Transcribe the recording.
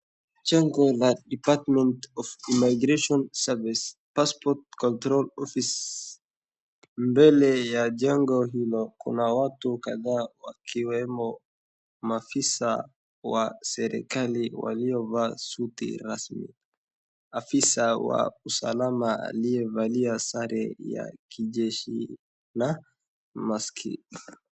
Jengo la Department of Immigration Services Passport Control Office, mbele ya jengo hilo kuna watu kadhaa wakiwemo maafisa wa serikali waliovaa suti rasmi. Afisa wa usalama aliyevalia sare ya kijeshi na maski.